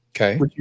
Okay